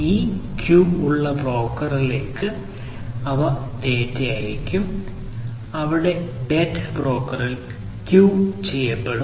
ഈ ക്യൂ ഉള്ള ബ്രോക്കറിലേക്ക് ഇവ ഡാറ്റ അയയ്ക്കും അവിടെ ഡാറ്റ ബ്രോക്കറിൽ ക്യൂ ചെയ്യപ്പെടും